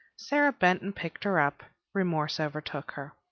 sara bent and picked her up. remorse overtook her.